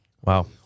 Wow